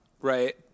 Right